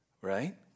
right